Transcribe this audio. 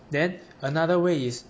then another way is